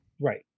right